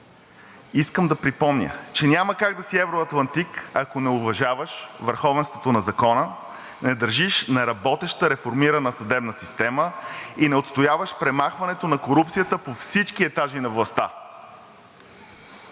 искам да припомня, че няма как да си евроатлантик, ако не уважаваш върховенството на закона, не държиш на работеща, реформирана съдебна система и не отстояваш премахването на корупцията по всички етажи на властта.